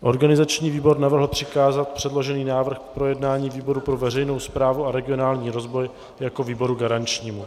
Organizační výbor navrhl přikázat předložený návrh k projednání výboru pro veřejnou správu a regionální rozvoj jako výboru garančnímu.